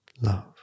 love